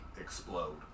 explode